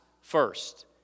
first